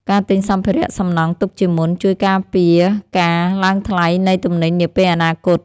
ការទិញសម្ភារៈសំណង់ទុកជាមុន ជួយការពារការឡើងថ្លៃនៃទំនិញនាពេលអនាគត។